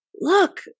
look